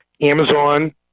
Amazon